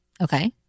Okay